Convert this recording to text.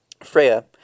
Freya